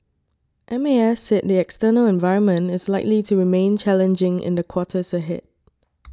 M A S said the external environment is likely to remain challenging in the quarters ahead